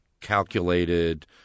calculated